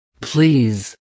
please